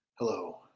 Hello